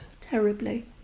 Terribly